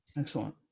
Excellent